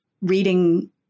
Reading